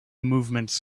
movement